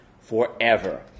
forever